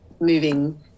moving